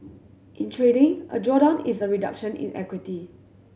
in trading a drawdown is a reduction in equity